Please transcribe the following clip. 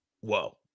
whoa